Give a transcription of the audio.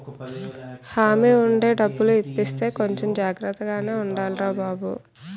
హామీ ఉండి డబ్బులు ఇప్పిస్తే కొంచెం జాగ్రత్తగానే ఉండాలిరా బాబూ